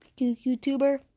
YouTuber